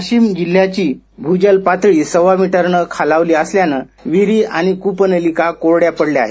वाशिम जिल्ह्याची भुजल पातळी सव्वा मीटरन खालावली असल्यानं विहिरी आणि कूपनलिका कोरङ्या पडल्या आहेत